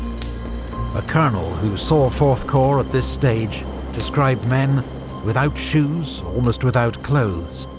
a colonel who saw fourth corps at this stage described men without shoes, almost without clothes,